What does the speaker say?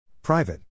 Private